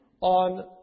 on